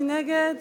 מי נגד?